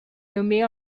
nommée